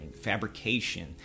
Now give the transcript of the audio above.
fabrication